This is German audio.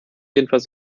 jedenfalls